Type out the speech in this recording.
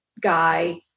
guy